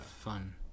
fun